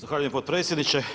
Zahvaljujem potpredsjedniče.